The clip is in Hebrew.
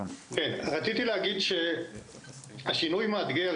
רציתי להגיד שהשינוי הוא מאתגר,